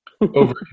over